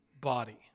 body